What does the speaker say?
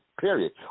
period